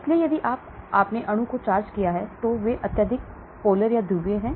इसलिए यदि आपने अणु को चार्ज किया है तो वे अत्यधिक ध्रुवीय हैं